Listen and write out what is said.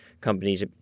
companies